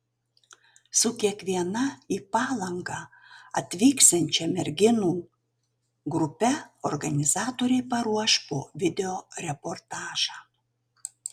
su kiekviena į palangą atvyksiančia merginų grupe organizatoriai paruoš po video reportažą